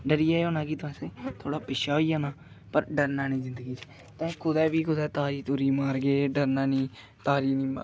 डरियै एह् होना कि तुसें थोह्ड़ा पिच्छें होई जाना पर डरना निं जिन्दगी च भाएं कुदै बी कुदै तारी तूरी मारगे डरना निं तारी निं